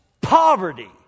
poverty